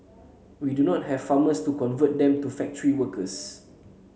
we do not have farmers to convert them to factory workers